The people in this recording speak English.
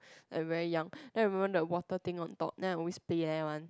and very young and I remember the water thing on top then I always play that one